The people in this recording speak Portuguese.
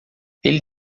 ele